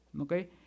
Okay